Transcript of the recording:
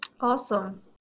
Awesome